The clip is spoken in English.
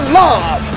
love